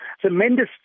tremendous